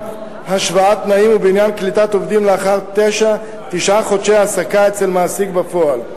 השוואת תנאים ובעניין קליטת עובדים לאחר תשעה חודשי העסקה אצל מעסיק בפועל.